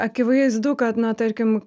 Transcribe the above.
akivaizdu kad na tarkim